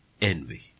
envy